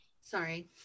Sorry